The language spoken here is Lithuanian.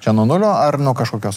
čia nuo nulio ar nuo kažkokios